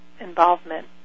involvement